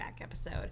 episode